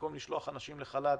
במקום לשלוח אנשים לחל"ת,